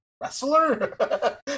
wrestler